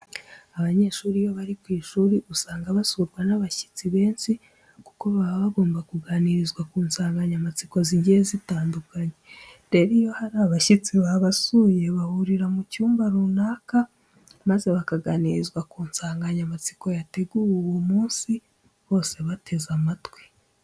Abanyeshuri iyo bari ku ishuri usanga basurwa n'abashyitsi benshi kuko baba bagomba kuganirizwa ku nsanganyamatsiko zigiye zitandukanye. Rero iyo hari abashyitsi babasuye bahurira mu cyumba runaka maze bakaganirizwa ku nsanganyamatsiko yateguwe uwo munsi bose bateze amatwi.